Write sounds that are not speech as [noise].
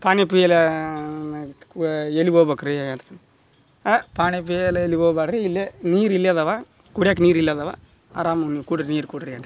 ಪಾನಿ ಪೀಲಾ ಎಲ್ಲಿಗೆ ಹೋಗ್ಬಕ್ ರೀ ಅಂತ ಕೇಳಿ ಪಾಣಿ ಪಿಯಲೆ ಎಲ್ಲಿಗೂ ಹೋಗ್ಬ್ಯಾಡ್ರಿ ಇಲ್ಲೇ ನೀರು ಇಲ್ಲೇ ಅದಾವ ಕುಡಿಯಾಕ ನೀರು ಇಲ್ಲೇ ಅದಾವ ಆರಾಮ ನೀವು ಕುಡೀರಿ ನೀರು ಕುಡೀರಿ [unintelligible]